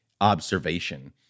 observation